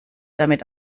damit